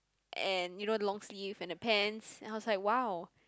and you know long sleeve and a pants then how said !wow!